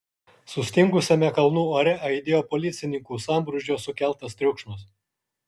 sustingusiame kalnų ore aidėjo policininkų sambrūzdžio sukeltas triukšmas